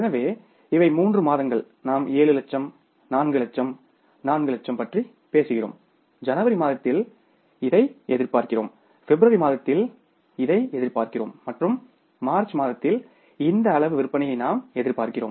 எனவே இவை மூன்று மாதங்கள் நாம் 7 லட்சம் 4 லட்சம் 4 லட்சம் பற்றி பேசுகிறோம் ஜனவரி மாதத்தில் இதை எதிர்பார்க்கிறோம் பிப்ரவரி மாதத்தில் இதை எதிர்பார்க்கிறோம் மற்றும் மார்ச் மாதத்தில் இந்த அளவு விற்பனையை நாம் எதிர்பார்க்கிறோம்